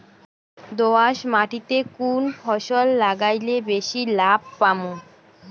দোয়াস মাটিতে কুন ফসল লাগাইলে বেশি লাভ পামু?